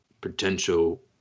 potential